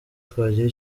twagira